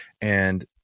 and-